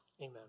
Amen